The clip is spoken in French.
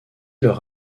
leur